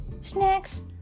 Snacks